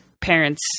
parents